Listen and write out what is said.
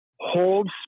holds